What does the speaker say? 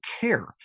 care